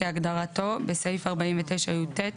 כהגדרתו בסעיף 49יט,